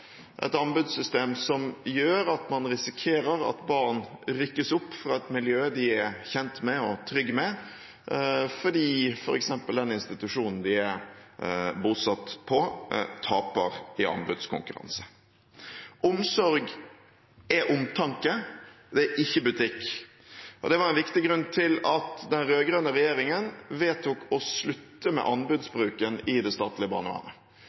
et anbudssystem som gjør at man risikerer at barn rykkes opp fra et miljø de er kjent med og trygg på, fordi f.eks. den institusjonen de er bosatt på, taper i en anbudskonkurranse. Omsorg er omtanke – det er ikke butikk. Det var en viktig grunn til at den rød-grønne regjeringen vedtok å slutte med anbudsbruken i det statlige barnevernet.